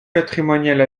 patrimonial